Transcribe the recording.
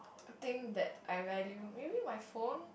a new thing that I value maybe my phone